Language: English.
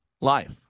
life